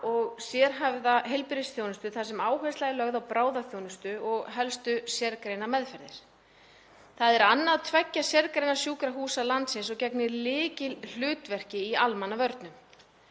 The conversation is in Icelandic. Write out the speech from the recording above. og sérhæfða heilbrigðisþjónustu þar sem áhersla er lögð á bráðaþjónustu og helstu sérgreinameðferðir. Það er annað tveggja sérgreinasjúkrahúsa landsins og gegnir lykilhlutverki í almannavörnum.